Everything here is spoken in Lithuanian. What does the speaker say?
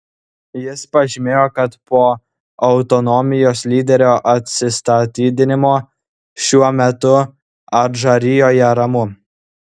jis pažymėjo kad po autonomijos lyderio atsistatydinimo šiuo metu adžarijoje ramu